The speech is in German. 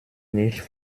nicht